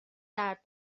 درد